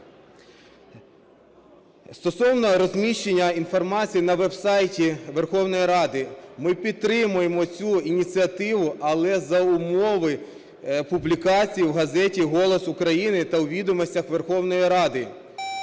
Стосовно розміщення інформації на веб-сайті Верховної Ради – ми підтримуємо цю ініціативу, але за умови публікації в газеті "Голос України" та у "Відомостях Верховної Ради".